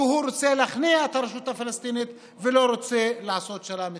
כי הוא רוצה להכניע את הרשות הפלסטינית ולא רוצה לעשות שלום איתה.